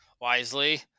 wisely